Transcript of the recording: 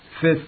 Fifth